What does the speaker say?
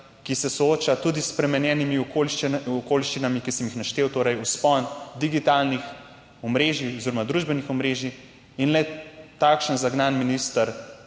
ki se sooča tudi s spremenjenimi okoliščinami, ki sem jih naštel, torej vzpon digitalnih omrežij oziroma družbenih omrežij. Le takšen zagnani minister